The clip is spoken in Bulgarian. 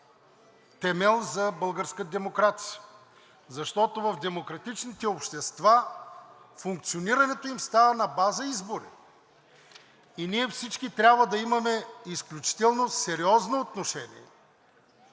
темел за българската демокрация, защото в демократичните общества функционирането им става на база избори. И ние всички трябва да имаме изключително сериозно отношение,